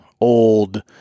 old